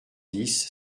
dix